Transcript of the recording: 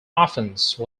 offense